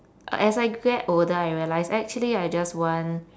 a~ as I get older I realise actually I just want